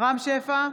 רם שפע,